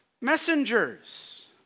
messengers